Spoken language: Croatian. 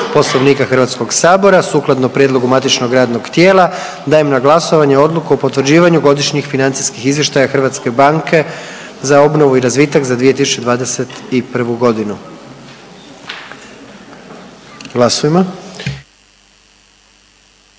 Poslovnika Hrvatskog sabora. Sukladno prijedlogu matičnog radnog tijela dajem na glasovanje Odluku o potvrđivanju godišnjih financijskih izvještaja Hrvatske banke za obnovu i razvitak za 2021. godinu.